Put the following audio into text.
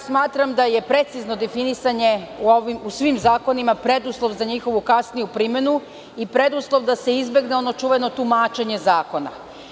Smatram da je precizno definisanje u svim zakonima preduslov za njihovu kasniju primenu i preduslov da se izbegne ono čuveno tumačenje zakona.